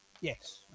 Yes